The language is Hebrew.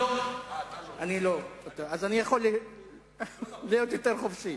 לא, אני לא, אז אני יכול להיות יותר חופשי.